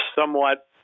somewhat